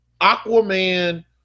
Aquaman